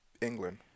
England